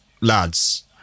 lads